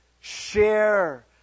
share